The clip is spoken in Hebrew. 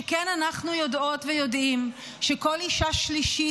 שכן אנחנו יודעות ויודעים שכל אישה שלישית